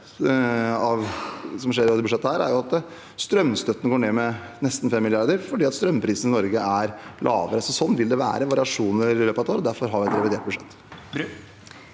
som skjer i dette budsjettet, er f.eks. at strømstøtten går ned med nesten 5 mrd. kr fordi strømprisene i Norge er lave. Sånn vil det være, med variasjoner i løpet av et år, og derfor har vi det budsjettet.